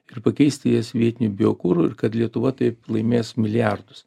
ir pakeisti jas vietiniu biokuru ir kad lietuva taip laimės milijardus